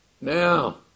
now